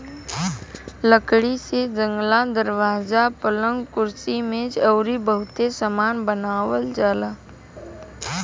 लकड़ी से जंगला, दरवाजा, पलंग, कुर्सी मेज अउरी बहुते सामान बनावल जाला